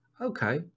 Okay